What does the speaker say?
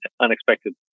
unexpected